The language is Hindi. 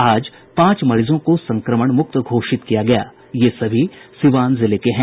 आज पांच मरीजों को संक्रमण मुक्त घोषित किया गया ये सभी सीवान जिले के हैं